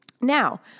now